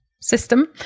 system